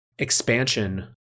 expansion